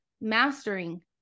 mastering